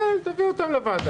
כן.